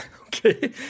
Okay